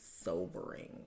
sobering